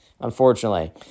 unfortunately